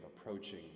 approaching